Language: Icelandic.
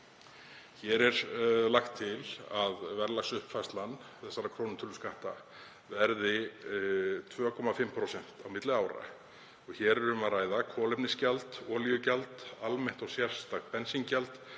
Hér er lagt til að verðlagsuppfærsla þessara krónutöluskatta verði 2,5% á milli ára. Um er að ræða kolefnisgjald, olíugjald, almennt og sérstakt bensíngjald,